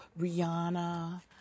Rihanna